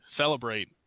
celebrate